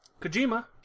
Kojima